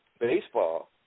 baseball